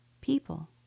people